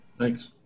Thanks